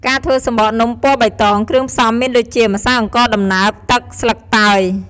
ការធ្វើសំបកនំពណ៌បៃតង គ្រឿងផ្សំមានដូចជា ម្សៅអង្ករដំណើប ទឹក ស្លឹកតើយ។